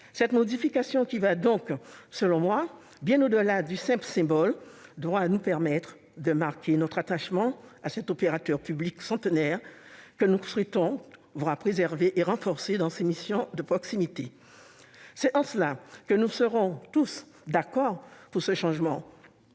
telle modification va bien au-delà du simple symbole. Elle doit nous permettre de marquer notre attachement à cet opérateur public centenaire, que nous souhaitons voir préservé et renforcé dans ses missions de proximité. En cela, nous serons tous pour ce changement